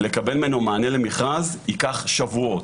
לקבל ממנו מענה למכרז ייקח שבועות.